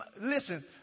listen